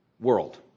world